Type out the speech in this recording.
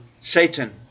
Satan